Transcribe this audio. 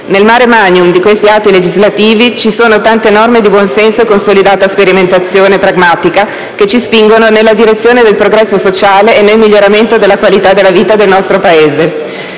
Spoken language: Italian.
nel *mare magnum* di questi atti legislativi ci sono tante norme di buonsenso e consolidata sperimentazione pragmatica che ci spingono nella direzione del progresso sociale e del miglioramento della qualità della vita del nostro Paese.